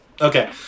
Okay